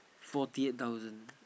forty eight thousand